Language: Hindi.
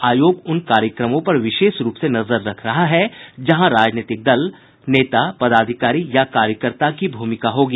आयोग उन कार्यक्रमों पर विशेष रूप से नजर रख रहा है जहां राजनीतिक दल नेता पदाधिकारी या कार्यकर्ता की भूमिका होगी